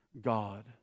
God